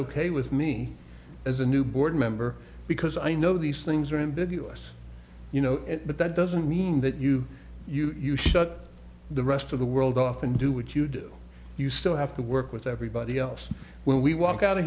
ok with me as a new board member because i know these things are in big us you know but that doesn't mean that you you you shut the rest of the world off and do what you do you still have to work with everybody else when we walk out